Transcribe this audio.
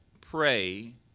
pray